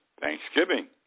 Thanksgiving